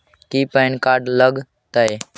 की PAN card लग तै?